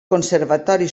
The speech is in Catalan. conservatori